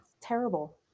Terrible